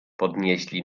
podnieśli